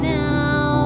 now